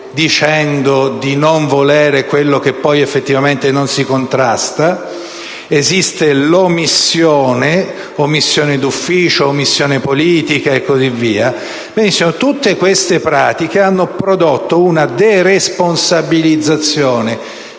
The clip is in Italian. dicendo di non volere quello che, effettivamente, non si contrasta (esiste l'omissione di ufficio, l'omissione politica e così via); tutte queste pratiche hanno prodotto una deresponsabilizzazione